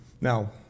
Now